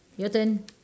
your turn